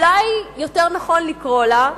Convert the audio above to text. אולי יותר נכון לקרוא לה: